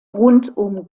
rundum